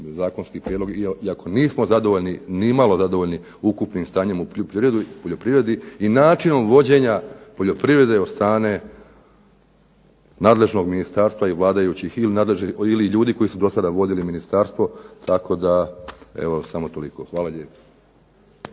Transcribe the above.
zakonski prijedlog iako nismo zadovoljni, nimalo zadovoljni ukupnim stanjem u poljoprivredi i načinom vođenja poljoprivrede od strane nadležnog ministarstva i vladajućih ili ljudi koji su dosada vodili ministarstvo. Tako da evo, samo toliko. Hvala lijepo.